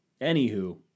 Anywho